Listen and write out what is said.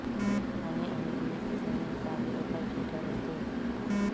आने आने जिनिस के समे हिसाब ले ओखर छूट ह रहिथे